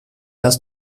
hast